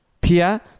Pia